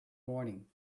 morning